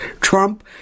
Trump